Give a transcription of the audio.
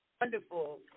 wonderful